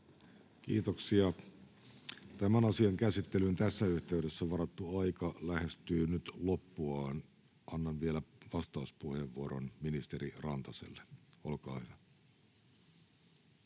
Kiitoksia. — Tämän asian käsittelyyn tässä yhteydessä varattu aika lähestyy nyt loppuaan. Annan vielä vastauspuheenvuoron ministeri Rantaselle. — Olkaa hyvä.